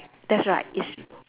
that's right yes